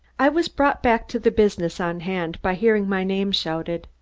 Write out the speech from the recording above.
i was brought back to the business on hand by hearing my name shouted.